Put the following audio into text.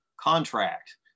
contract